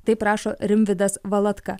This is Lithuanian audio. taip rašo rimvydas valatka